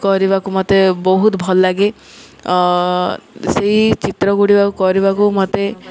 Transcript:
କରିବାକୁ ମୋତେ ବହୁତ ଭଲ ଲାଗେ ସେଇ ଚିତ୍ର ଗୁଡ଼ିକ କରିବାକୁ ମୋତେ